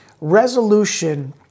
resolution